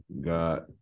got